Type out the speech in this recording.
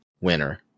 winner